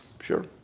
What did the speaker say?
Sure